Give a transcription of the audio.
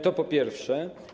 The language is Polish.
To po pierwsze.